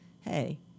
hey